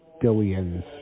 billions